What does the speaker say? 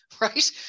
right